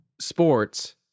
sports